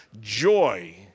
joy